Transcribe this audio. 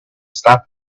stop